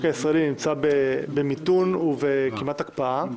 הישראלי נמצא במיתון וכמעט בהקפאה,